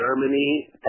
Germany